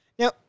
Now